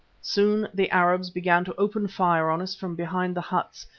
soon the arabs began to open fire on us from behind the huts,